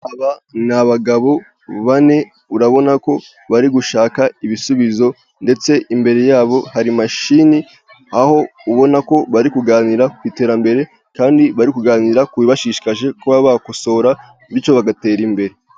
Aba ni abagabo bane urabona ko bari gushaka ibisubizo, ndetse imbere yabo hari imashini aho ubona ko bari kuganira ku iterambere, kandi bari kuganira ku bibashishikaje kuba bakosora bityo bagatera imbere.